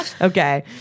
Okay